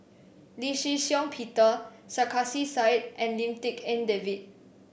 Lee Shih Shiong Peter Sarkasi Said and Lim Tik En David